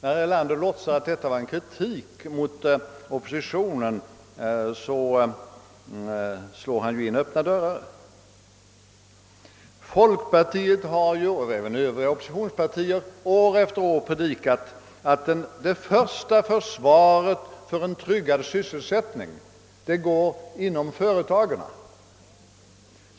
När herr Erlander låtsar att detta var en kritik av oppositionen, så slår han in öppna dörrar. Folkpartiet — och även övriga oppositionspartier — har ju år efter år predikat att den första försvarslinjen för en tryggad sysselsättning går inom företagen.